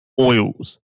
Oils